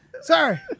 Sorry